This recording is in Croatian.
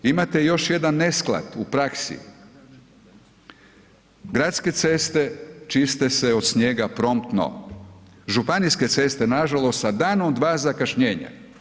Imate još jedan nesklad u praksi, gradske ceste se od snijega promptno, županijske ceste nažalost sa danom, dva zakašnjenja.